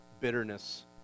bitterness